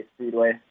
Speedway